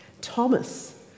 Thomas